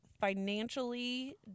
financially